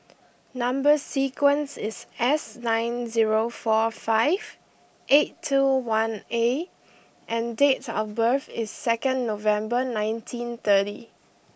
number sequence is S nine zero four five eight two one A and date of birth is second November nineteen thirty